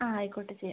ആ ആയിക്കോട്ടെ ചെയ്യാം